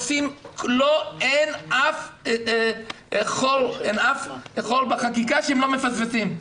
אין אף חור בחקיקה שהם לא מפספסים.